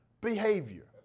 behavior